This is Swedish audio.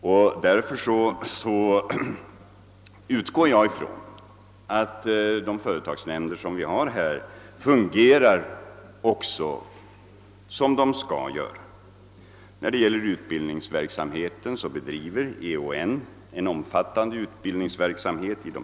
Jag utgår också från att företagsnämnderna fungerar så som de skall göra. Vad utbildningsverksamheten beträffar, så bedriver EON en omfattande sådan.